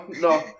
no